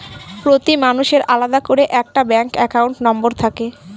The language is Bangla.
প্রতি মানুষের আলাদা করে একটা ব্যাঙ্ক একাউন্ট নম্বর থাকে